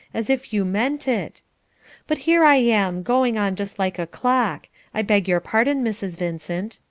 as if you meant it but here i am, going on just like a clock i beg your pardon, mrs. vincent.